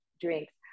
drinks